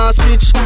switch